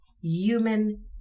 human